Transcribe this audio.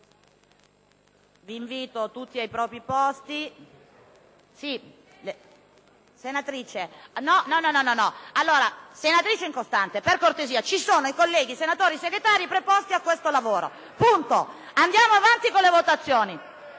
Senatrice Incostante, per cortesia, ci sono i colleghi senatori Segretari preposti a questo lavoro. Andiamo avanti con la votazione.